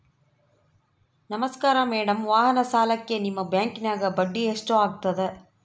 ನಮಸ್ಕಾರ ಮೇಡಂ ವಾಹನ ಸಾಲಕ್ಕೆ ನಿಮ್ಮ ಬ್ಯಾಂಕಿನ್ಯಾಗ ಬಡ್ಡಿ ಎಷ್ಟು ಆಗ್ತದ?